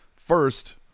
First